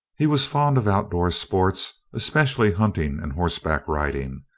he was fond of outdoor sports, especially hunting and horseback riding.